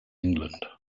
england